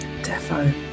Defo